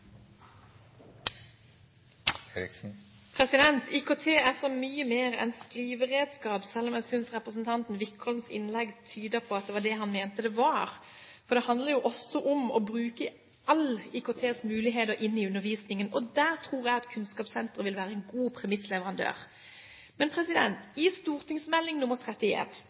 så mye mer enn skriveredskap, selv om jeg synes representanten Wickholms innlegg tydet på at det var det han mente det var. Det handler jo også om å bruke alle IKTs muligheter inn i undervisningen. Der tror jeg at Kunnskapssenteret vil være en god premissleverandør. Men i